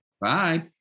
Bye